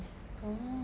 orh